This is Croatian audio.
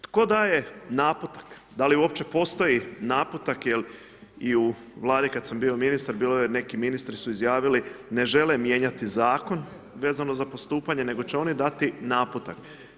Tko daje naputak, da li uopće postoji naputak, jel i u Vladi kada sam bio ministar, bilo je, neki ministri su izjavili ne žele mijenjati Zakon vezano za postupanje, nego će oni dati naputak.